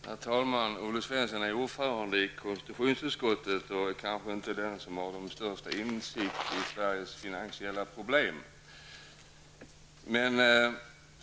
Herr talman! Olle Svensson är ju ordförande i konstitutionsutskottet och kanske inte den som har den största insikten i Sveriges finansiella problem.